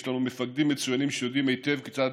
יש לנו מפקדים מצוינים שיודעים היטב כיצד